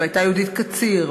והייתה יהודית קציר,